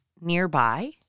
nearby